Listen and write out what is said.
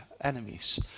enemies